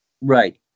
Right